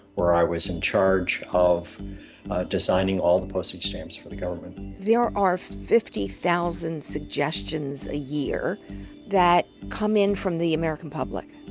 where i was in charge of designing all the postage stamps for the government there are are fifty thousand suggestions a year that come in from the american public.